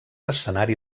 escenari